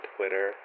Twitter